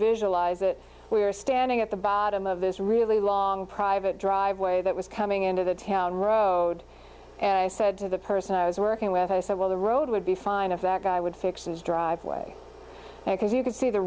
visualize it we were standing at the bottom of this really long private driveway that was coming into the town road and i said to the person i was working with i said well the road would be fine if that guy would fix his driveway because you could see the